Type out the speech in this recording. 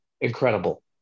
incredible